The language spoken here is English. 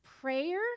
Prayer